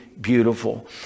beautiful